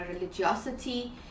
religiosity